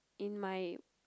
in my